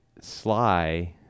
Sly